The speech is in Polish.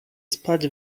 spać